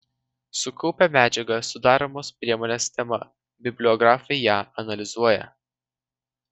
sukaupę medžiagą sudaromos priemonės tema bibliografai ją analizuoja